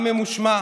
עם ממושמע,